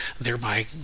thereby